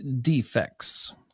defects